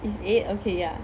is eight okay ya